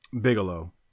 Bigelow